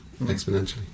exponentially